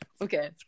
Okay